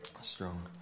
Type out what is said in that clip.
strong